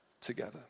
together